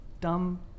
dumb